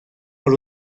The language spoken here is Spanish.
por